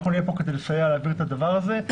אנחנו נהיה פה כדי לסייע להעביר את הדבר הזה.